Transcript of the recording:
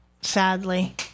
sadly